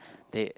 they